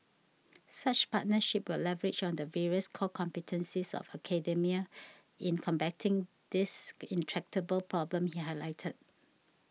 such partnerships will leverage on the various core competencies of academia in combating this intractable problem he highlighted